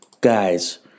guys